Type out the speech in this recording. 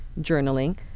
journaling